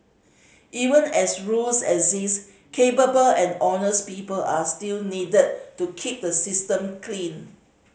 even as rules exist capable and honest people are still needed to keep the system clean